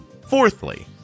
Fourthly